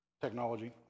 technology